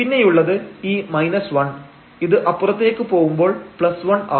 പിന്നെയുള്ളത് ഈ 1 ഇത് അപ്പുറത്തേക്ക് പോവുമ്പോൾ 1 ആവും